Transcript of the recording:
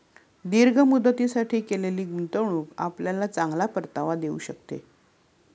दीर्घ मुदतीसाठी केलेली गुंतवणूक आपल्याला चांगला परतावा देऊ शकते